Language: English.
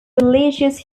religious